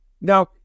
Now